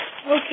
Okay